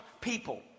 people